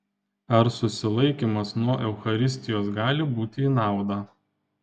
ar susilaikymas nuo eucharistijos gali būti į naudą